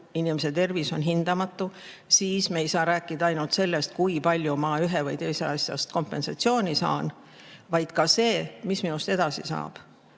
inimese tervis on hindamatu, siis me ei saa rääkida ainult sellest, kui palju ma ühe või teise asja eest kompensatsiooni saan, vaid tuleb rääkida ka sellest, mis minust edasi saab